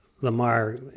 Lamar